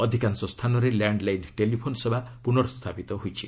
ଅଧିକାଂଶ ସ୍ଥାନରେ landline telephone ସେବା ପୁର୍ନସ୍ଥାପିତ ହୋଇଛି